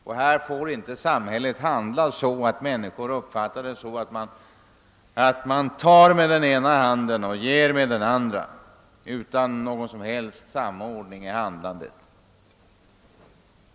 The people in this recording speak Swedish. Samhället får inte handla så att människor får den uppfattningen att det ger med den ena handen och tar med den andra utan någon som helst samordning i handlandet.